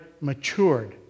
matured